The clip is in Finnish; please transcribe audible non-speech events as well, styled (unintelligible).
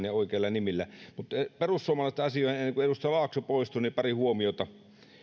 (unintelligible) ja oikeilla nimillä mutta perussuomalaisten asioihin ennen kuin edustaja laakso poistuu pari huomiota